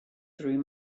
through